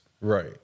Right